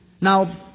Now